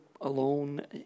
alone